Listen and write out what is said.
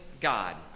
God